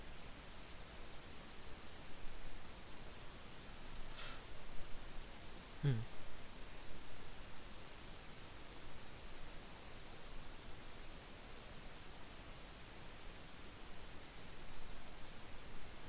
mm